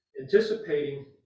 anticipating